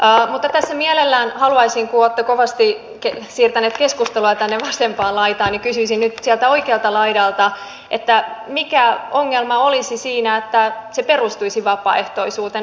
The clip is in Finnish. mutta tässä mielelläni haluaisin kuulla kun olette kovasti siirtäneet keskustelua tänne vasempaan laitaan kysyisin nyt sieltä oikealta laidalta mikä ongelma olisi siinä että se perustuisi vapaaehtoisuuteen